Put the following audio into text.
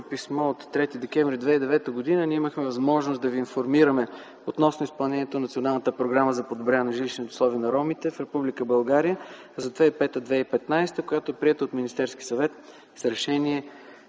писмо от 3 декември 2009 г. ние имахме възможност да Ви информираме относно изпълнението на Националната програма за подобряване на жилищните условия на ромите в Република България за 2005-2015 г., която е приета от Министерския съвет с Решение